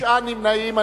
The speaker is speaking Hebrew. ותשעה נמנעים.